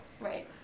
Right